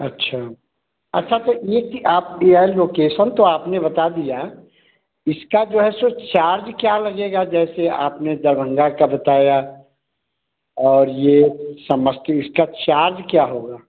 अच्छा अच्छा तो यह कि आप भैया लोकेशन तो आपने बता दिया इसका जो है सो चार्ज क्या लगेगा जैसे आपने दरभंगा का बताया और यह समस्ती इसका चार्ज क्या होगा